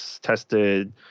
tested